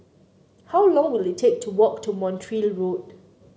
how long will it take to walk to Montreal Road